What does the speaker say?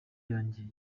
yanjye